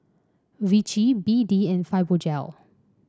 Vichy B D and Fibogel